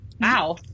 Wow